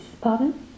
pardon